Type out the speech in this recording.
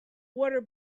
water